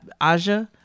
aja